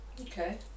Okay